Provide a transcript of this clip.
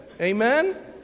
Amen